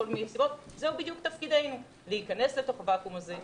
זה בדיוק תפקידנו להיכנס לתוך הוואקום הזה,